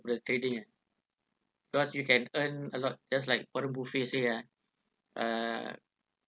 the trading ah because you can earn a lot just like warren buffet say ah uh